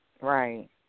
Right